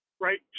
right